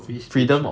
free speech